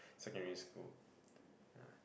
secondary school yeah